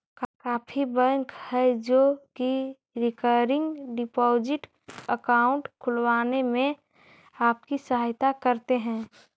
काफी बैंक हैं जो की रिकरिंग डिपॉजिट अकाउंट खुलवाने में आपकी सहायता करते हैं